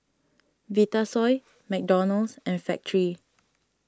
Vitasoy McDonald's and Factorie